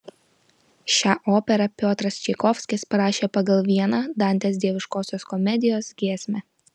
šią operą piotras čaikovskis parašė pagal vieną dantės dieviškosios komedijos giesmę